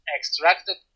extracted